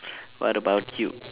what about you